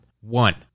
One